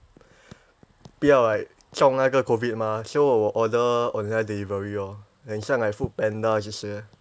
不要 like 中那个 COVID mah so 我 order online delivery lor 很像 like foodpanda